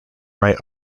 right